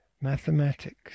mathematics